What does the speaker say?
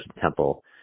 Temple